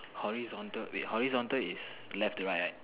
horizontal wait horizontal is left to right right